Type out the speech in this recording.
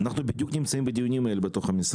אנחנו בדיוק נמצאים בדיונים האלה בתוך המשרד.